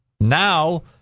Now